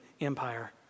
empire